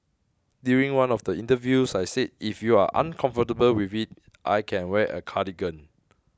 during one of the interviews I said if you're uncomfortable with it I can wear a cardigan